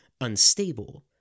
unstable